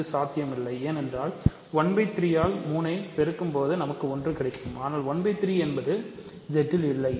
இது சாத்தியமில்லை ஏனென்றால் ⅓ ஆல் 3 பெருக்கும்போது நமக்கு ஒன்று கிடைக்கும் ஆனால் ⅓ என்பது Z இல்லை